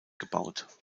gebaut